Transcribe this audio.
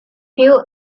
few